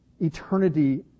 eternity